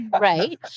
Right